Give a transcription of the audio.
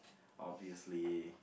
obviously